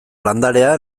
landarea